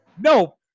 No